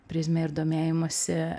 prizmę ir domėjimąsi